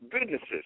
businesses